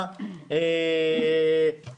בוקר טוב.